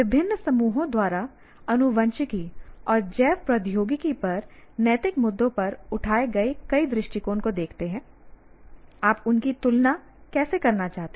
विभिन्न समूहों द्वारा आनुवंशिकी और जैव प्रौद्योगिकी पर नैतिक मुद्दों पर उठाए गए कई दृष्टिकोण को देखते हुए आप उनकी तुलना कैसे करना चाहते हैं